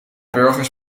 burgers